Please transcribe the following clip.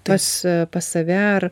tas pas save ar